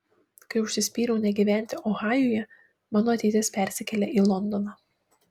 kai užsispyriau negyventi ohajuje mano ateitis persikėlė į londoną